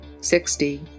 sixty